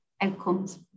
outcomes